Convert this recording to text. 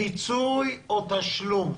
פיצוי או תשלום?